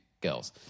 girls